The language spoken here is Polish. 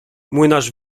młynarz